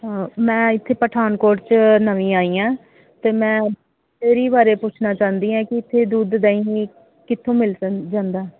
ਮੈਂ ਇੱਥੇ ਪਠਾਨਕੋਟ 'ਚ ਨਵੀਂ ਆਈ ਹਾਂ ਅਤੇ ਮੈਂ ਡੇਅਰੀ ਬਾਰੇ ਪੁੱਛਣਾ ਚਾਹੁੰਦੀ ਹਾਂ ਕਿ ਇੱਥੇ ਦੁੱਧ ਦਹੀਂ ਕਿੱਥੋਂ ਮਿਲ ਜ ਜਾਂਦਾ